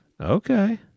Okay